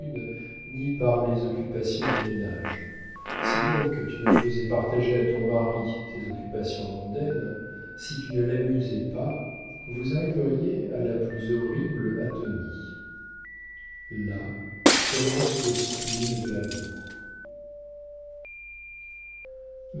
ni par les occupations du ménage si donc tu ne faisais partager à ton mari tes occupations mondaines si tu ne l'amusais pas vous arriveriez à la plus horrible atonie là commence le spleen de l'amour